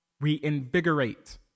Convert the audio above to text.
reinvigorate